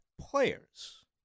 players